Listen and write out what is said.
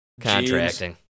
contracting